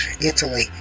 Italy